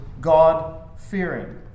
God-fearing